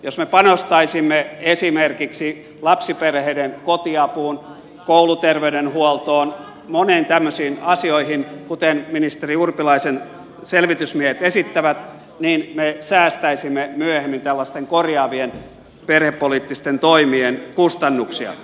jos me panostaisimme esimerkiksi lapsiperheiden kotiapuun kouluterveydenhuoltoon moniin tämmöisiin asioihin kuten ministeri urpilaisen selvitysmiehet esittävät niin me säästäisimme myöhemmin tällaisten korjaavien perhepoliittisten toimien kustannuksia